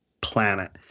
planet